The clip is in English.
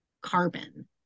carbon